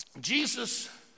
Jesus